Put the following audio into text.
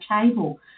table